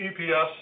EPS